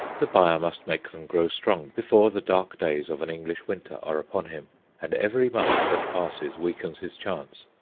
the buyer must make them grow strong before the dark days of an english winter are upon him and every month that passes weakens his chance.